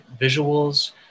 visuals